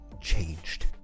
changed